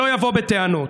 שלא יבוא בטענות.